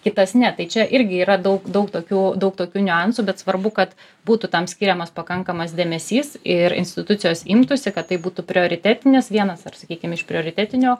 kitas ne tai čia irgi yra daug daug tokių daug tokių niuansų bet svarbu kad būtų tam skiriamas pakankamas dėmesys ir institucijos imtųsi kad tai būtų prioritetinis vienas ar sakykim iš prioritetinio